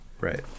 Right